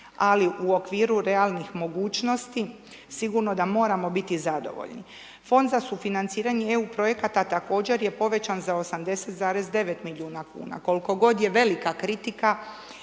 ali u okviru realnih mogućnosti, sigurno da moramo biti zadovoljni. Fond za sufinanciranje EU projekata također je povećan za 89,9 milijuna kuna. Koliko god je velika kritika